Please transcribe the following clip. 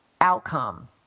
outcome